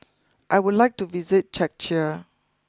I would like to visit Czechia